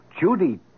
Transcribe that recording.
Judy